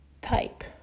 type